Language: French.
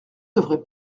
devrait